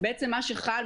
מה שחל,